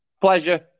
Pleasure